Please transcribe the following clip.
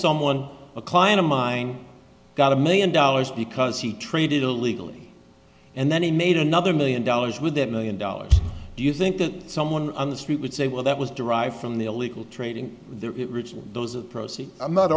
someone a client of mine got a million dollars because he traded illegally and then he made another million dollars with that million dollars do you think that someone on the street would say well that was derived from the illegal trade in the re